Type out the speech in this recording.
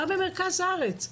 גם במרכז הארץ.